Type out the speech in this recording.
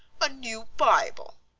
a new bible!